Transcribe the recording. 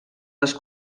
les